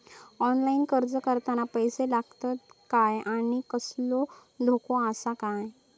Online अर्ज करताना पैशे लागतत काय आनी कसलो धोको आसा काय?